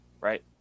Right